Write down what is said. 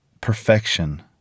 perfection